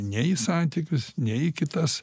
nei į santykius nei į kitas